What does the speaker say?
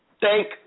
thank